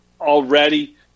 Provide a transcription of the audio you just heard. already